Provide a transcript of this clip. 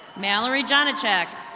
malorie jonacheck.